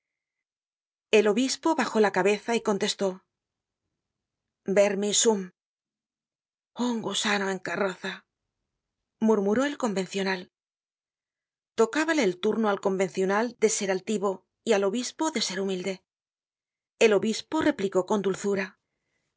el obispo bajó la cabeza y contestó vermis sum un gusano en carroza murmuró el convencional tocábale el turno al convencional de ser altivo y al obispo de ser humilde el obispo replicó con dulzura